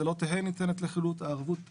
זה לא תהא ניתנת לחילוט, הערבות תחולט.